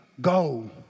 go